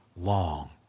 long